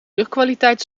luchtkwaliteit